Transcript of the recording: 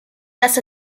dass